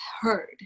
heard